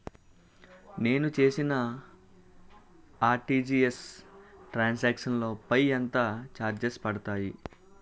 నేను చేసిన RTGS transaction లో పై ఎంత చార్జెస్ పడతాయి?